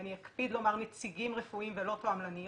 ואני אקפיד לומר נציגים רפואיים ולא תועמלניות,